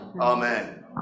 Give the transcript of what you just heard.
Amen